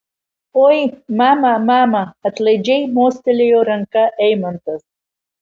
oi mama mama atlaidžiai mostelėjo ranka eimantas